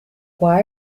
why